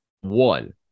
one